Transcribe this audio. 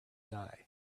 die